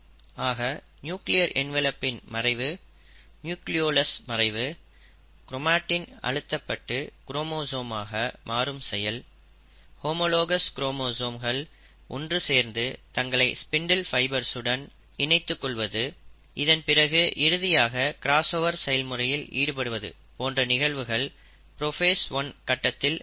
ஆக நியூக்ளியர் என்வலப்பின் மறைவு நியூக்ளியோலஸ்சின் மறைவு கிரோமடின் அழுத்தப்பட்டு குரோமோசோம் ஆக மாறும் செயல் ஹோமோலாகஸ் குரோமோசோம்கள் ஒன்று சேர்ந்து தங்களை ஸ்பிண்டில் ஃபைபர்ஸ் அமைப்புடன் இணைத்துக்கொள்வது இதன் பிறகு இறுதியாக கிராஸ்ஓவர் செயல்முறையில் ஈடுபடுவது போன்ற நிகழ்வுகள் புரோஃபேஸ் 1 கட்டத்தில் நடக்கும்